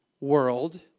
world